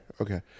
Okay